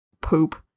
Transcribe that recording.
poop